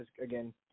again